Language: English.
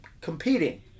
competing